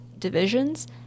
Divisions